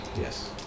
Yes